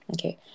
Okay